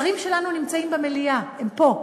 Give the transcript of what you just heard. השרים שלנו נמצאים במליאה, הם פה.